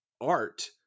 art